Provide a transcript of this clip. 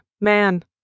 man